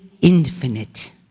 infinite